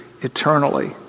eternally